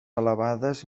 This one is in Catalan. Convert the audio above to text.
elevades